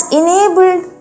enabled